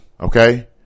Okay